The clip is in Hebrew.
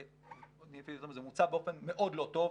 או אני אגיד שזה מוצה באופן מאוד לא טוב.